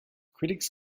critics